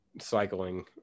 cycling